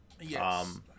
Yes